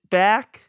back